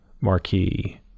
marquee